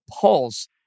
Pulse